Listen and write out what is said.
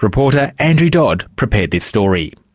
reporter andrew dodd prepared this story.